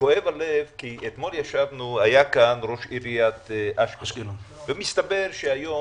כואב הלב כי אתמול היה כאן ראש עיריית אשקלון ומסתבר שהיום